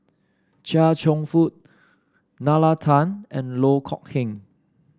Chia Cheong Fook Nalla Tan and Loh Kok Heng